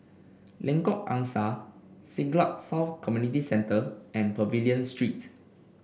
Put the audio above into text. Lengkok Angsa Siglap South Community Centre and Pavilion Street